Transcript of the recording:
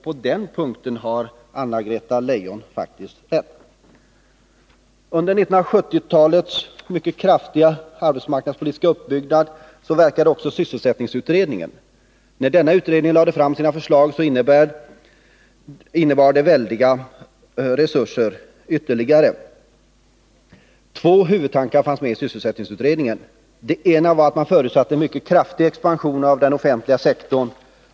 På den punkten har Anna-Greta Leijon faktiskt rätt. Under 1970-talets mycket kraftiga arbetsmarknadspolitiska uppbyggnad verkade också sysselsättningsutredningen. Enligt dess förslag skulle ytterligare väldiga resurser satsas. Två huvudtankar fanns med. Den ena var att man förutsatte en kraftig expansion av den offentliga sektorn.